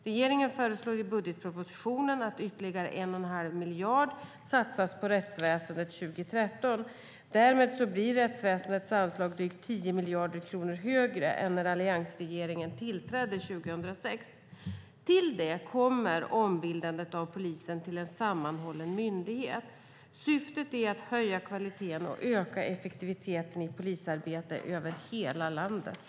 Regeringen föreslår i budgetpropositionen att ytterligare 1 1⁄2 miljard satsas på rättsväsendet 2013. Därmed blir rättsväsendets anslag drygt 10 miljarder kronor högre än när alliansregeringen tillträdde 2006. Till det kommer ombildandet av polisen till en sammanhållen myndighet. Syftet är att höja kvaliteten och öka effektiviteten i polisarbetet över hela landet.